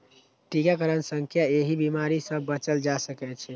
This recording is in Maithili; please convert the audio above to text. टीकाकरण सं एहि बीमारी सं बचल जा सकै छै